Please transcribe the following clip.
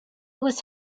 was